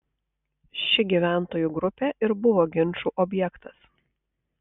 ši gyventojų grupė ir buvo ginčų objektas